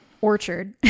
orchard